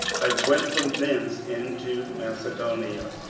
i went from thence into macedonia.